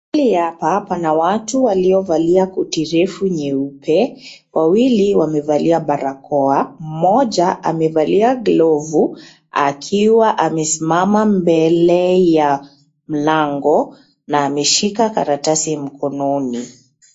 Hii hapa, pana watu waliovalia koti refu nyeupe, wawili wamevalia barakoa. Mmoja amevalia glavu akiwa amesimama mbele ya mlango na ameshika karatasi mkononi.